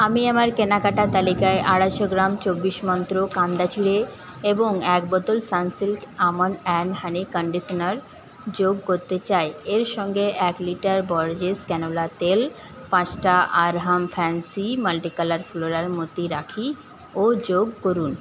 আমি আমার কেনাকাটার তালিকায় আড়াইশো গ্রাম চব্বিশ মন্ত্র কান্দা চিড়ে এবং এক বোতল Sunsilk almond and honey conditioner যোগ করতে চাই এর সঙ্গে এক লিটার বরজেস ক্যানোলা তেল পাঁচটা আরহাম ফ্যান্সি মাল্টিকালার ফ্লোরাল মোতি রাখি ও যোগ করুন